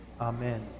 Amen